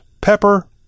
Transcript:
pepper